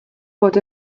bod